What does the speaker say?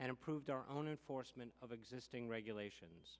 and improved our own enforcement of existing regulations